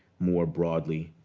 more broadly.